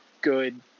good